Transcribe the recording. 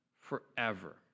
forever